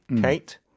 Kate